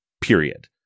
Period